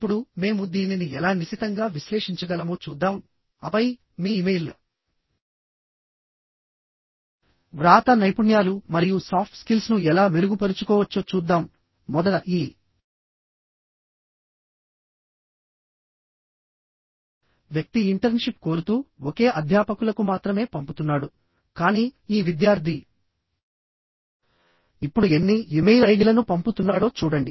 ఇప్పుడు మేము దీనిని ఎలా నిశితంగా విశ్లేషించగలమో చూద్దాం ఆపై మీ ఇమెయిల్ వ్రాత నైపుణ్యాలు మరియు సాఫ్ట్ స్కిల్స్ను ఎలా మెరుగుపరుచుకోవచ్చో చూద్దాం మొదట ఈ వ్యక్తి ఇంటర్న్షిప్ కోరుతూ ఒకే అధ్యాపకులకు మాత్రమే పంపుతున్నాడు కానీ ఈ విద్యార్థి ఇప్పుడు ఎన్ని ఇమెయిల్ ఐడిలను పంపుతున్నాడో చూడండి